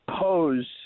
pose